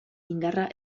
indarra